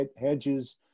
Hedges